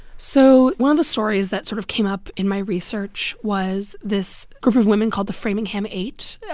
so one of the stories that sort of came up in my research was this group of women called the framingham eight.